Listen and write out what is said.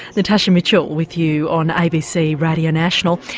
natasha mitchell with you on abc radio national,